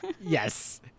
Yes